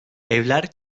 evler